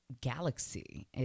galaxy